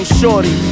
shorty